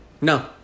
No